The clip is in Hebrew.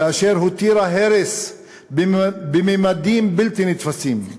ואשר הותירה הרס בממדים בלתי נתפסים.